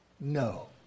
no